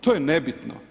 To je nebitno.